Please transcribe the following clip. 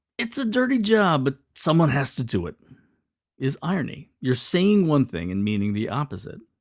it's a dirty job, but someone has to do it is irony. you're saying one thing and meaning the opposite.